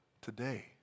today